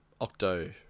octo